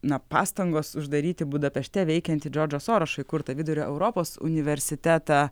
na pastangos uždaryti budapešte veikiantį džordžo sorošo įkurtą vidurio europos universitetą